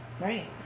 Right